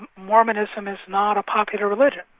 mormonism is not a popular religion.